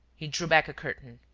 he drew back a curtain.